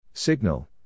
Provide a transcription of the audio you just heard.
Signal